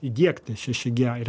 įdiegti šeši gie